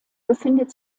befindet